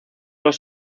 los